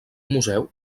museu